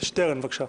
שטרן, בבקשה.